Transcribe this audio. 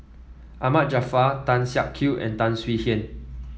Ahmad Jaafar Tan Siak Kew and Tan Swie Hian